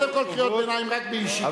קודם כול קריאות ביניים רק בישיבה.